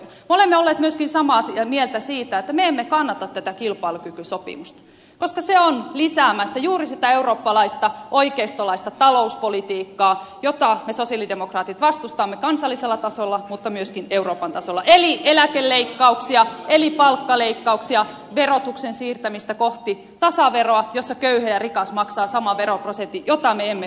me olemme olleet myöskin samaa mieltä siitä että me emme kannata tätä kilpailukykysopimusta koska se on lisäämässä juuri sitä eurooppalaista oikeistolaista talouspolitiikkaa jota me sosialidemokraatit vastustamme kansallisella tasolla mutta myöskin euroopan tasolla eli eläkeleikkauksia eli palkkaleikkauksia verotuksen siirtämistä kohti tasaveroa jossa köyhä ja rikas maksavat saman veroprosentin mitä me emme hyväksy